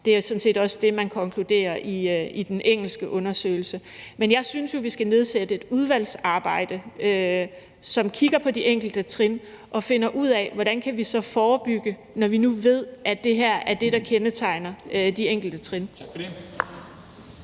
det er sådan set også det, man konkluderer i den engelske undersøgelse. Men jeg synes jo, vi skal nedsætte et udvalgsarbejde, som kigger på de enkelte trin og finder ud af, hvordan vi så kan forebygge det, når vi nu ved, at det er det her, der kendetegner de enkelte trin.